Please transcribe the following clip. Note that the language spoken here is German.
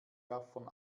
gaffern